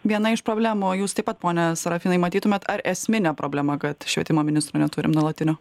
viena iš problemų jūs taip pat pone sarafinai matytumėt ar esminė problema kad švietimo ministro neturim nuolatinio